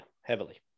Heavily